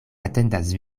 atendas